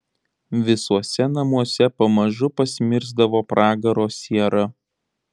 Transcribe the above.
visuose namuose pamažu pasmirsdavo pragaro siera